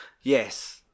Yes